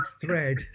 thread